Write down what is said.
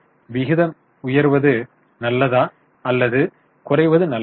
விகிதம் உயர்வது நல்லதா அல்லது குறைவது நல்லதா